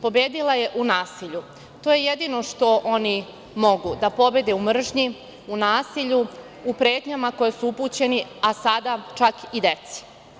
Pobedila je u nasilju, to je jedino što oni mogu, da pobede u mržnji, u nasilju, u pretnjama koje su upućeni, a sada čak i deci.